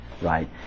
right